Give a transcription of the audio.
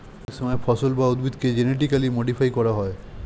অনেক সময় ফসল বা উদ্ভিদকে জেনেটিক্যালি মডিফাই করা হয়